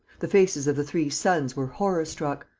the faces of the three sons were horror-struck.